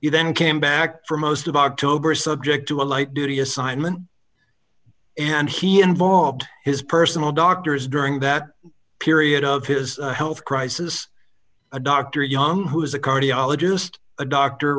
you then came back for most of october subject to a light duty assignment and he involved his personal doctors during that period of his health crisis a doctor young who is a cardiologist a doctor